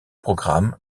programme